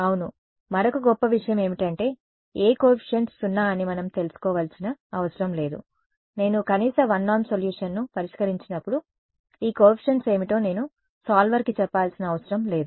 అవును మరొక గొప్ప విషయం ఏమిటంటే ఏ కోఎఫీషియంట్స్ సున్నా అని మనం తెలుసుకోవలసిన అవసరం లేదు నేను కనీస 1 నార్మ్ సొల్యూషన్ను పరిష్కరించినప్పుడు ఈ కోఎఫీషియంట్స్ ఏమిటో నేను సాల్వర్కి చెప్పాల్సిన అవసరం లేదు